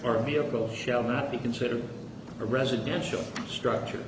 a vehicle shall not be considered a residential structure